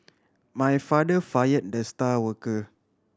my father fire the star worker